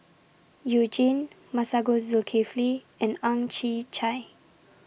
YOU Jin Masagos Zulkifli and Ang Chwee Chai